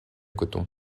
coton